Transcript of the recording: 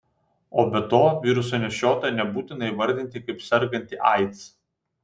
o be to viruso nešiotoją nebūtina įvardinti kaip sergantį aids